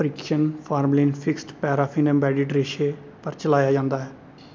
परीक्षण formalin fixed paraffin embedded रेशें पर चलाया जंदा ऐ